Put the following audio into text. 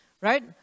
Right